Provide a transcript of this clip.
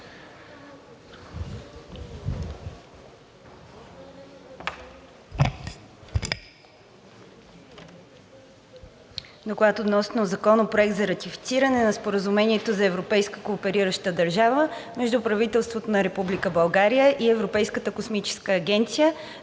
разгледа Законопроект за ратифициране на Споразумението за европейска кооперираща държава между правителството на Република България и Европейската космическа агенция,